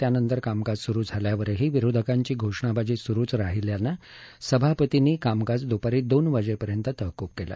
त्यानंतर कामकाज सुरु झाल्यावरही विरोधकांची घोषणाबाजी सुरुच राहील्यानं सभापतींनी कामकाज द्पारी दोन वाजेपर्यंत तहकूब केलं